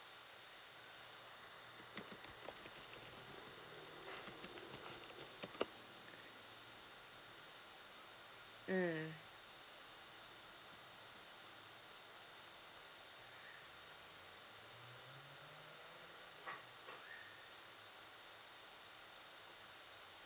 mm